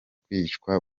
kwicwa